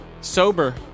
sober